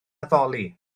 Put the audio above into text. addoli